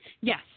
Yes